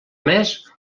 més